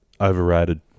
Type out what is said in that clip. Overrated